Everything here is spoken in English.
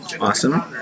Awesome